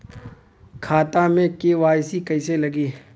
खाता में के.वाइ.सी कइसे लगी?